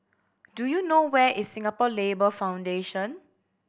do you know where is Singapore Labour Foundation